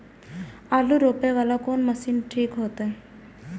आलू रोपे वाला कोन मशीन ठीक होते?